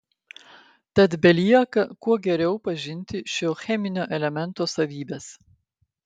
tad belieka kuo geriau pažinti šio cheminio elemento savybes